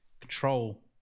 control